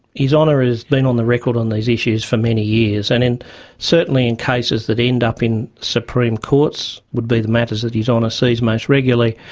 his honour has been on the record on these issues for many years, and certainly in cases that end up in supreme courts would be the matters that his honour sees most regularly,